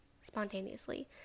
spontaneously